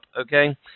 okay